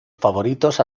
favoritos